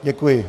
Děkuji.